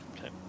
Okay